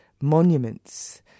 monuments